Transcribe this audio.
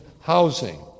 housing